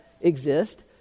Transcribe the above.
exist